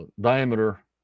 diameter